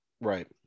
right